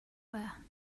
wear